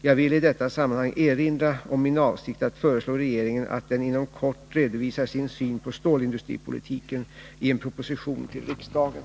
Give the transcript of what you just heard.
Jag vill i detta sammanhang erinra om min avsikt att föreslå regeringen att den inom kort redovisar sin syn på stålindustripolitiken i en proposition till riksdagen.